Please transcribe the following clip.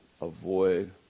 avoid